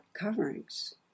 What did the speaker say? coverings